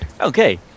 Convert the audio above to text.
Okay